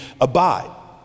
abide